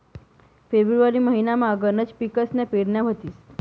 February महिनामा गनच पिकसन्या पेरण्या व्हतीस